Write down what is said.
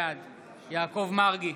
בעד יעקב מרגי,